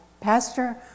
Pastor